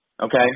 okay